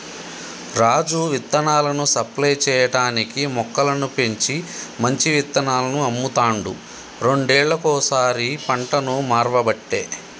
రాజు విత్తనాలను సప్లై చేయటానికీ మొక్కలను పెంచి మంచి విత్తనాలను అమ్ముతాండు రెండేళ్లకోసారి పంటను మార్వబట్టే